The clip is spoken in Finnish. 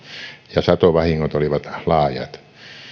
ja satovahingot olivat laajat